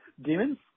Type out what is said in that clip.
Demons